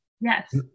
Yes